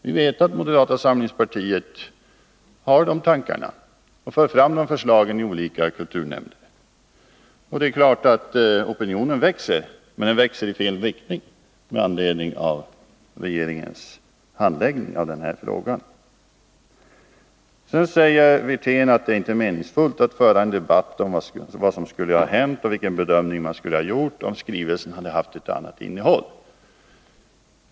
Vi vet att moderata samlingspartiet har de tankarna och för fram dessa förslag i olika kulturnämnder. Det är klart att opinionen växer, men den växer i fel riktning med anledning av regeringens handläggning av denna fråga. Sedan säger Rolf Wirtén att det inte är meningsfullt att föra en debatt om vad som skulle ha hänt och vilken bedömning man skulle ha gjort om skrivelsen hade haft ett annat innehåll.